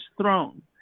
throne